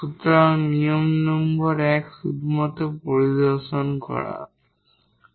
সুতরাং নিয়ম নম্বর 1 শুধুমাত্র পরিদর্শন দ্বারা